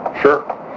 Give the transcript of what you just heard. Sure